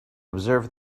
observe